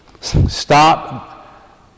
Stop